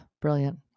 brilliant